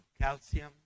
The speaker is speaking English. calcium